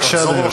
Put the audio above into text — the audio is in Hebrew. בבקשה, אדוני.